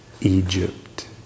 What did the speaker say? Egypt